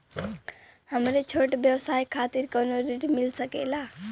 हमरे छोट व्यवसाय खातिर कौनो ऋण मिल सकेला?